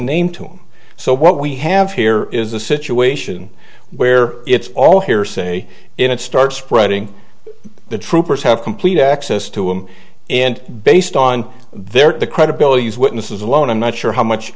name to him so what we have here is a situation where it's all hearsay it starts spreading the troopers have complete access to him and based on their credibility as witnesses alone i'm not sure how much